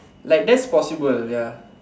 like that's possible ya